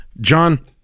John